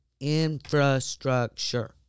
infrastructure